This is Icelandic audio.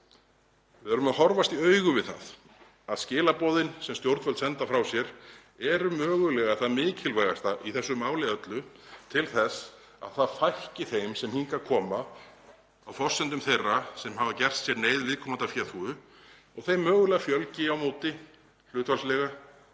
orða það, að horfast í augu við það að skilaboðin sem stjórnvöld senda frá sér eru mögulega það mikilvægasta í öllu þessi máli til þess að þeim fækki sem hingað koma á forsendum þeirra sem hafa gert sér neyð viðkomandi að féþúfu og þeim fjölgi mögulega á móti, hlutfallslega